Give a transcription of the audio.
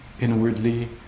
inwardly